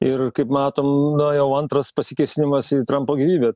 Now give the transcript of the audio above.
ir kaip matom jau antras pasikėsinimas į trampo gyvybę